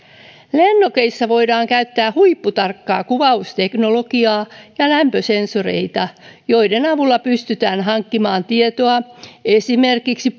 lennokeissa voidaan käyttää huipputarkkaa kuvausteknologiaa ja lämpösensoreita joiden avulla pystytään hankkimaan tietoa esimerkiksi